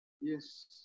Yes